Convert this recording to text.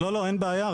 לא, אין בעיה.